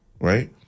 right